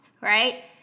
right